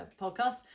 podcast